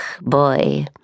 boy